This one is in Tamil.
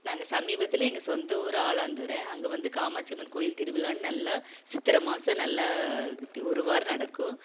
நாங்கள் சமீபத்தில் எங்கள் சொந்த ஊர் ஆலந்துறை அங்கே வந்து காமாட்சி அம்மன் கோவில் திருவிழான்னு நல்லா சித்திர மாதம் நல்ல ஒரு வாரம் நடக்கும்